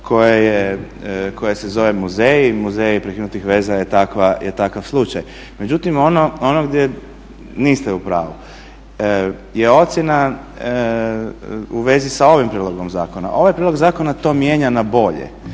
koje se zove muzej, Muzej prekinutih veza je takav slučaj. Međutim, ono gdje niste u pravu je ocjena u vezi sa ovim prijedlogom zakona. Ovaj prijedlog zakona to mijenja na bolje.